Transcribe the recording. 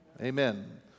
Amen